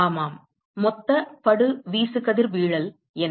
ஆமாம் மொத்த படு வீசுகதிர்வீழல் என்ன